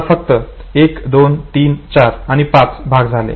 आता फक्त 1 2 3 4 आणि 5 भाग झाले